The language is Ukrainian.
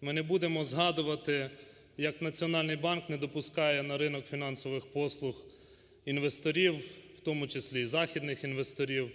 Ми не будемо згадувати, як Національний банк не допускає на ринок фінансових послуг інвесторів, в тому числі і західних інвесторів.